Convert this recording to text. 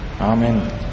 Amen